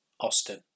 Austin